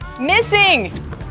missing